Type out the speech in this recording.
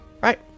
right